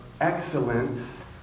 excellence